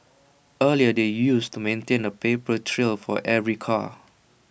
earlier they used to maintain A paper trail for every car